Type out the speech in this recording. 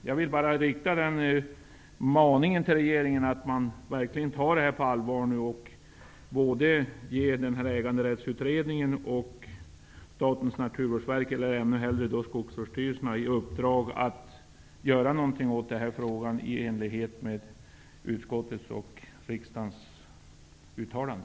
Jag vill bara rikta maningen till regeringen att nu verkligen ta det här på allvar och ge Äganderättsutredningen och Statens naturvårdsverk eller ännu hellre Skogsvårdsstyrelserna i uppdrag att göra något åt den här frågan i enlighet med utskottets och riksdagens uttalande.